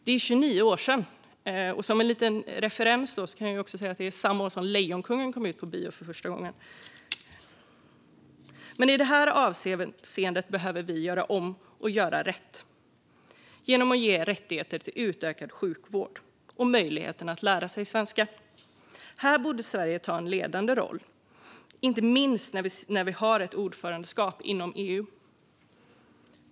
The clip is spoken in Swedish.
Det är 29 år sedan. Som en liten referens kan jag säga att det är samma år som Lejonkungen kom ut på bio för första gången. I det här avseendet behöver vi göra om och göra rätt genom att ge rättighet till utökad sjukvård och möjlighet att lära sig svenska. Här borde Sverige ta en ledande roll, inte minst när vi har ordförandeskapet i EU.